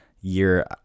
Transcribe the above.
year